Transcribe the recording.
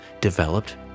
developed